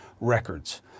records